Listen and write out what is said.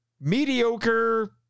mediocre